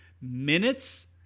minutes